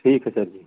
ठीक है सर जी